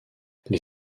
les